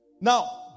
now